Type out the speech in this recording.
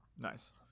Nice